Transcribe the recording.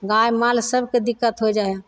गाय माल सबके दिक्कत होइ जाइ हइ